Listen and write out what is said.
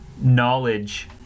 knowledge